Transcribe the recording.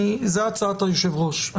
זאת הצעת היושב-ראש.